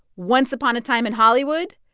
once upon a time in hollywood,